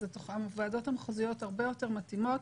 הוועדות המחוזיות הרבה יותר מתאימות.